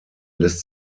lässt